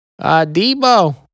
Debo